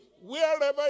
wherever